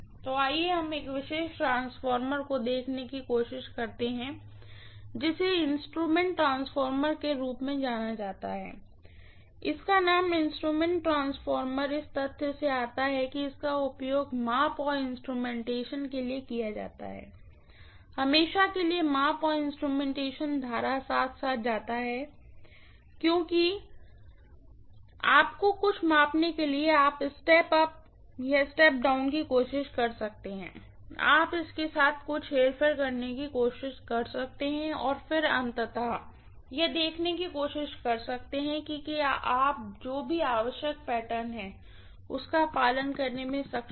तो आइए हम एक विशेष ट्रांसफार्मर को देखने की कोशिश करते हैं जिसे इंस्ट्रूमेंट ट्रांसफॉर्मर के रूप में जाना जाता है नाम इंस्ट्रूमेंट ट्रांसफॉर्मर इस तथ्य से आता है कि इसका उपयोग माप और इंस्ट्रूमेंटेशन के लिए किया जा रहा है हमेशा के लिए माप और इंस्ट्रूमेंटेशन करंट साथ साथ जाता है जाता है क्योंकि आप कुछ को मापने के लिए आप स्टेप अप स्टेप डाउन की कोशिश कर सकते हैं आप इसके साथ कुछ हेरफेर करने की कोशिश कर सकते हैं और फिर आप अंततः यह देखने की कोशिश कर सकते हैं कि क्या आप जो भी आवश्यक पैटर्न है उसका पालन करने में सक्षम हैं